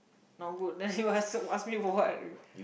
not good then you ask ask me what